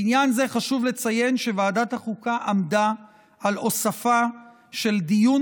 בעניין זה חשוב לציין שוועדת החוקה עמדה על הוספה של דיון